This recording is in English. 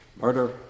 Murder